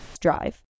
drive